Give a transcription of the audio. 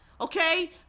okay